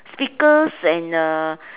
speakers and uh